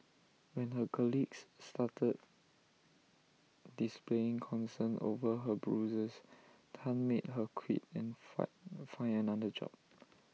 when her colleagues started displaying concern over her Bruises Tan made her quit and find find another job